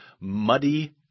muddy